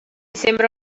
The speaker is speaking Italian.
sembra